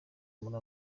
muri